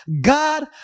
God